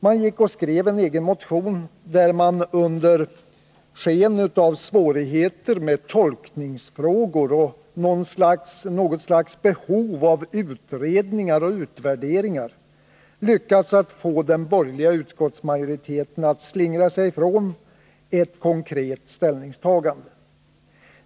De skrev en egen motion, varigenom de under sken av svårigheter med tolkningsfrågor och något slags behov av utredningar och utvärderingar lyckades få den borgerliga utskottsmajoriteten att slingra sig ifrån ett konkret ställningstagande.